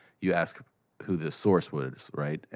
you ask who this source was, right?